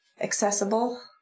accessible